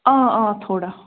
آ آ تھوڑا